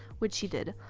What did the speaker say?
which he did.